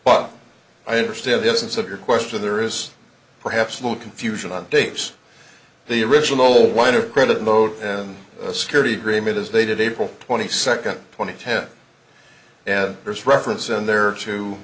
but i understand the essence of your question there is perhaps a little confusion on tapes the original line of credit mode and security agreement as they did april twenty second twenty ten and there's reference in there